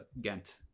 ghent